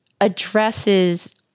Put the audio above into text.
addresses